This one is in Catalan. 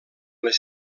les